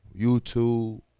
YouTube